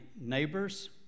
neighbors